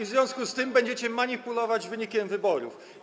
W związku z tym będziecie manipulować wynikiem wyborów.